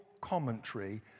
commentary